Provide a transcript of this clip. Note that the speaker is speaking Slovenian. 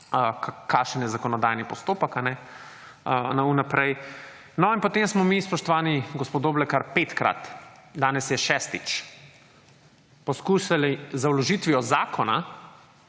kakšen je zakonodajni postopek. Naprej. No, in potem smo mi, spoštovani gospod Doblekar, 5-krat, danes je šestič, poskušali z vložitvijo zakona,